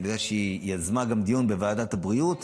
אני יודע שהיא יזמה דיון בוועדת הבריאות.